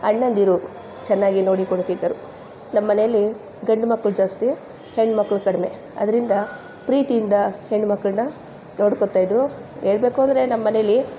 ಅಣ್ಣಂದಿರು ಚೆನ್ನಾಗಿ ನೋಡಿಕೊಳ್ಳುತ್ತಿದ್ದರು ನಮ್ಮ ಮನೆಯಲ್ಲಿ ಗಂಡು ಮಕ್ಕಳು ಜಾಸ್ತಿ ಹೆಣ್ಣು ಮಕ್ಕಳು ಕಡಿಮೆ ಅದರಿಂದ ಪ್ರೀತಿಯಿಂದ ಹೆಣ್ಣು ಮಕ್ಕಳನ್ನ ನೋಡ್ಕೊಳ್ತಾಯಿದ್ರು ಹೇಳ್ಬೇಕು ಅಂದರೆ ನಮ್ಮ ಮನೇಲಿ